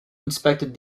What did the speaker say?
inspected